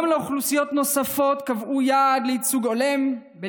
וגם לאוכלוסיות נוספות קבעו יעד לייצוג הולם בשירות המדינה,